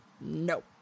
no